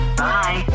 bye